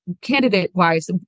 candidate-wise